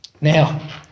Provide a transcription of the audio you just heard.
Now